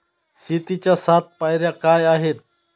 शेतीच्या सात पायऱ्या काय आहेत?